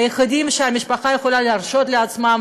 היחידים שהמשפחה יכולה להרשות לעצמה,